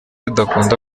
udakunda